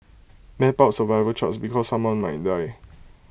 map out survival charts because someone might die